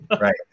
Right